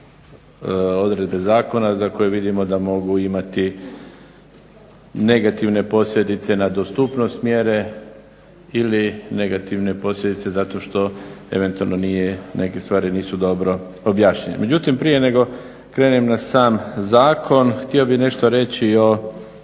odredbe zakona za koje vidimo da mogu imati negativne posljedice na dostupnost mjere ili negativne posljedice zato što eventualno neke stvari nisu dobro objašnjene. Međutim prije nego krenem na sam zakon htio bih nešto reći o